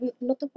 no